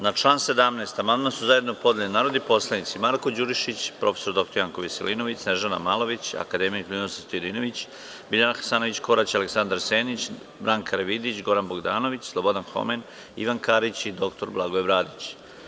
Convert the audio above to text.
Na član 17. amandman su zajedno podneli narodni poslanici Marko Đurišić, prof dr Janko Veselinović, Snežana Malović, akademik Ninoslav Stojadinović, Biljana Hasanović Korać, Aleksandar Senić, Branka Karavidić, Goran Bogdanović, Slobodan Homen, Ivan Karić i dr Blagoje Bradić.